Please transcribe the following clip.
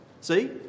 See